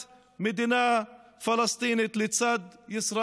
דת, גזע